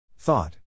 Thought